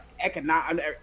economic